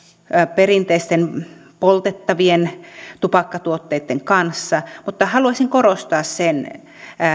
perinteisten poltettavien tupakkatuotteitten kanssa mutta haluaisin korostaa